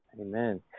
amen